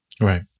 right